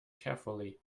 carefully